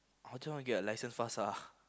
I just want to get a license fast ah